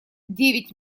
девять